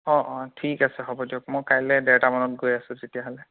অঁ অঁ ঠিক আছে হ'ব দিয়ক মই কাইলৈ দেৰটামানত গৈ আছোঁ তেতিয়াহ'লে